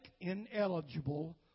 ineligible